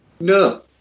No